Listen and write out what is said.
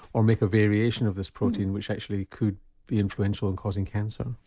or make a variation of this protein which actually could be influential in causing cancer.